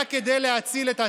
רק כדי להציל את עצמם.